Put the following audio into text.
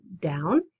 down